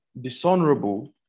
dishonorable